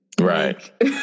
right